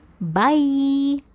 bye